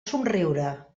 somriure